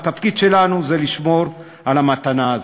התפקיד שלנו זה לשמור על המתנה הזאת.